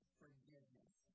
forgiveness